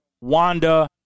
Wanda